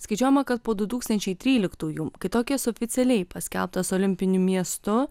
skaičiuojama kad po du tūkstančiai tryliktųjų kai tokijas oficialiai paskelbtas olimpiniu miestu